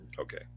Okay